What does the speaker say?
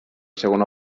segona